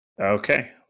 Okay